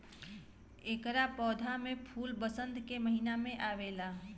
एकरा पौधा में फूल वसंत के महिना में आवेला